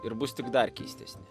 ir bus tik dar keistesni